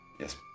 Yes